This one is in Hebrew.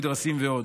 מדרסים ועוד.